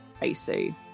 AC